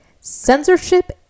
Censorship